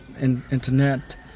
Internet